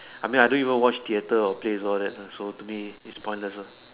I mean I don't even watch theatre or plays all that ah so to me is pointless ah